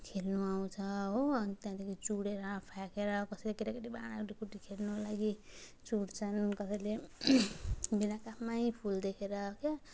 खेल्नु आउँछ हो अनि त्यहाँदेखि चुँडेर फ्याँकेर कसै केटाकेटी भाँडाहरू कुटी खेल्नु लागि चोर्छन् कसैले बिना काममै फुल देखेर क्या